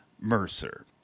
Mercer